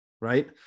Right